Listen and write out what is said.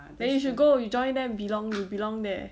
then you should go you join them belong you belong there